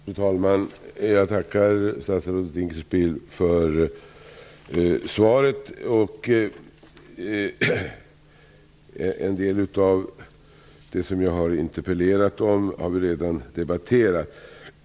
Fru talman! Jag tackar statsrådet Dinkelspiel för svaret. En del av det som jag har interpellerat om har vi redan debatterat.